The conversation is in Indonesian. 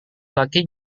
laki